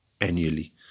annually